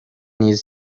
نیز